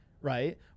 right